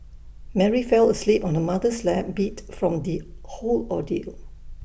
Mary fell asleep on her mother's lap beat from the whole ordeal